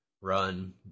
run